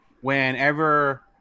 whenever